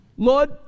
Lord